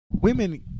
women